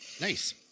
Nice